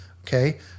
Okay